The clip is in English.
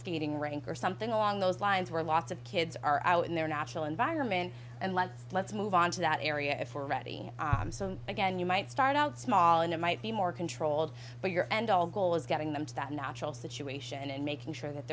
skating rink or something along those lines where lots of kids are out in their natural environment and let's let's move onto that area if we're ready again you might start out small and it might be more controlled but your end all goal is getting them to that natural situation and making sure that